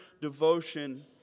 devotion